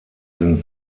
sind